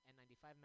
N95